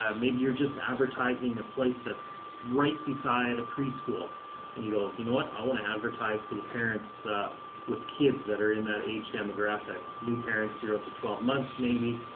ah maybe you're just advertising a place that's right beside a preschool and you go, you know what? i want to advertise to the parents with kids that are in that age demographic. new parents, zero to twelve months maybe,